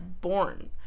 born